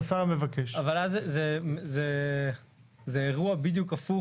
זה אירוע בדיוק הפוך.